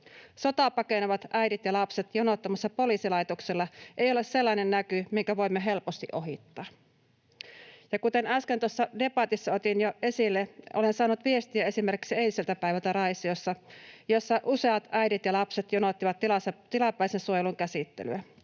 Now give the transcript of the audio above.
Sotaa pakenevat äidit ja lapset jonottamassa poliisilaitoksella ei ole sellainen näky, minkä voimme helposti ohittaa. Ja kuten äsken debatissa otin jo esille, olen saanut viestiä esimerkiksi eiliseltä päivältä Raisiosta, jossa useat äidit ja lapset jonottivat tilapäisen suojelun käsittelyä.